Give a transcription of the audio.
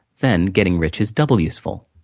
then, getting rich is double useful.